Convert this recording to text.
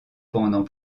pendant